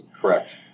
Correct